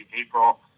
April